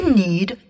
need